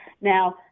Now